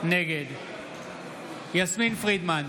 נגד יסמין פרידמן,